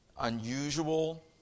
unusual